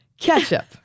Ketchup